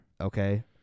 Okay